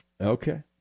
Okay